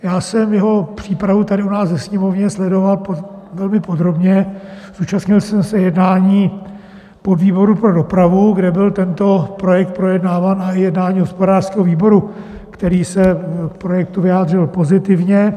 Já jsem jeho přípravu tady u nás ve Sněmovně sledoval velmi podrobně, zúčastnil jsem se jednání podvýboru pro dopravu, kde byl tento projekt projednáván na jednání hospodářského výboru, který se k projektu vyjádřil pozitivně.